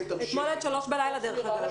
אתמול עד 03:00 בלילה, דרך אגב.